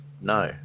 no